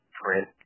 print